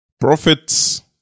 Prophets